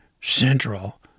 central